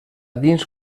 dins